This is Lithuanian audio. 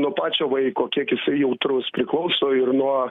nuo pačio vaiko kiek jisai jautrus priklauso ir nuo